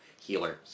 healer